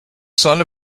son